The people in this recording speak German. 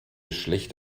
schlecht